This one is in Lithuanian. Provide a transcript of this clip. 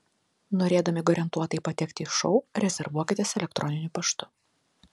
norėdami garantuotai patekti į šou rezervuokitės elektroniniu paštu